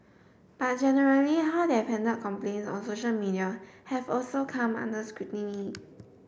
but generally how they've handled complaints on social media have also come under scrutiny